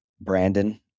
Brandon